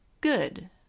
good